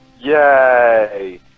Yay